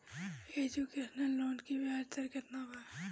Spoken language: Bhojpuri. एजुकेशन लोन की ब्याज दर केतना बा?